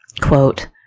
quote